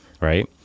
right